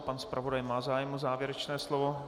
Pan zpravodaj má zájem o závěrečné slovo?